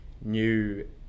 new